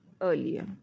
earlier